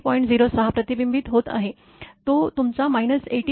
०६ प्रतिबिंबित होत आहे जो तुमचा ८०